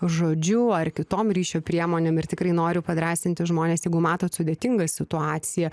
žodžiu ar kitom ryšio priemonėm ir tikrai noriu padrąsinti žmones jeigu matot sudėtingą situaciją